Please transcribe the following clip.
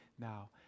now